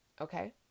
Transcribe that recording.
Okay